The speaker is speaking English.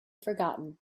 forgotten